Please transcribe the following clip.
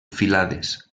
filades